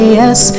yes